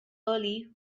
early